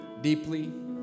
Deeply